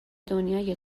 دنیای